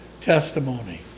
testimony